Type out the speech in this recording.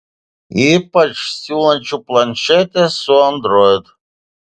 ypač siūlančių planšetes su android